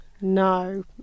No